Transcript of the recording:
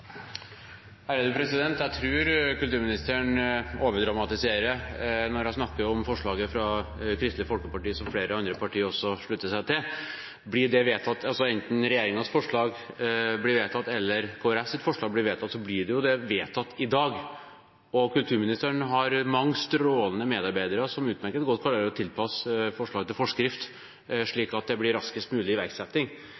Jeg tror kulturministeren overdramatiserer når hun snakker om forslaget fra Kristelig Folkeparti, som også flere andre partier slutter seg til. Enten det er regjeringens forslag eller Kristelig Folkepartis forslag som blir vedtatt, blir det jo vedtatt i dag. Kulturministeren har mange strålende medarbeidere som utmerket godt klarer å tilpasse forslag til forskrift,